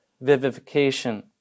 vivification